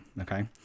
Okay